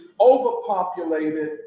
overpopulated